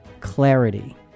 clarity